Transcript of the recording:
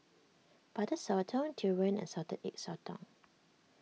Butter Sotong Durian and Salted Egg Sotong